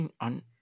on